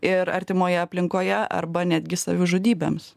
ir artimoje aplinkoje arba netgi savižudybėms